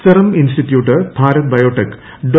serum institute Bharat biotech Dr